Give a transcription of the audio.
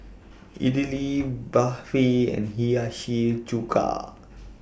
Idili Barfi and Hiyashi Chuka